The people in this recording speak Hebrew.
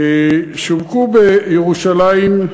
שווקו בירושלים,